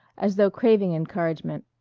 as though craving encouragement.